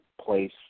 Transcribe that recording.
place